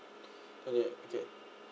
okay okay